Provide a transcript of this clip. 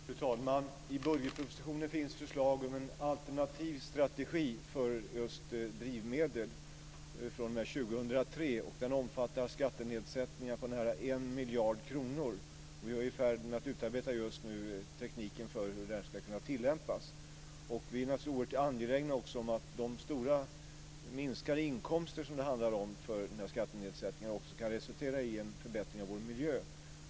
Fru talman! I budgetpropositionen finns förslag om en alternativ strategi för just drivmedel fr.o.m. miljard kronor. Vi är just nu i färd med att utarbeta tekniken för hur det här ska kunna tillämpas. Vi är naturligtvis oerhört angelägna om att den stora inkomstminskning det handlar om för denna skattenedsättning också kan resultera i en förbättring av vår miljö.